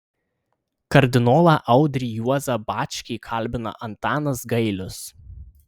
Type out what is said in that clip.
kardinolą audrį juozą bačkį kalbina antanas gailius